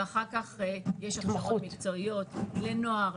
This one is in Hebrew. ואחר כך יש הכשרות מקצועיות לנוער,